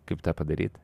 kaip tą padaryt